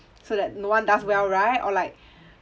so that no one does well right or like